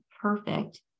perfect